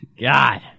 God